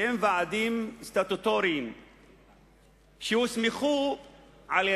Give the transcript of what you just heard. שהם ועדים סטטוטוריים שהוסמכו על-פי